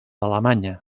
alemanya